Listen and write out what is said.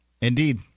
Indeed